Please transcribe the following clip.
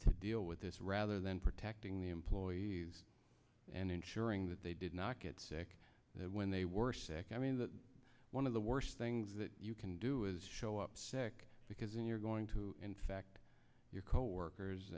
to deal with this rather than protecting the employees and ensuring that they did not get sick when they were sick i mean that one of the worst things that you can do is show up sick because then you're going to infect your coworkers